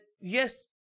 yes